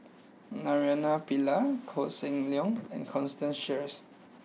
Naraina Pillai Koh Seng Leong and Constance Sheares